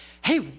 Hey